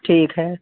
ठीक है